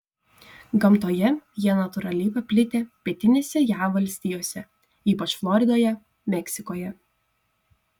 gamtoje jie natūraliai paplitę pietinėse jav valstijose ypač floridoje meksikoje